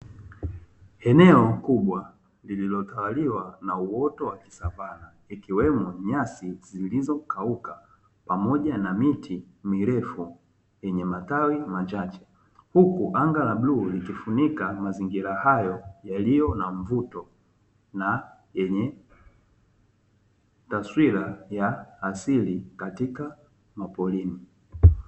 Eneo kubwa lililotawaliwa na uoto wa kisavana ikiwemo nyasi zilizokauka pamoja na miti mirefu yenye matawi machache, huku anga la bluu likifunika mazingira hayo yaliyo na mvuto na yenye taswira ya asili katika maporini.